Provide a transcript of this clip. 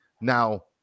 Now